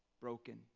broken